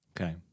Okay